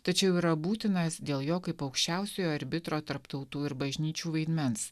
tačiau yra būtinas dėl jo kaip aukščiausiojo arbitro tarp tautų ir bažnyčių vaidmens